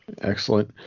excellent